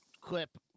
clip